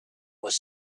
was